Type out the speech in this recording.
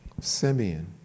Simeon